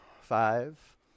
Five